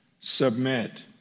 submit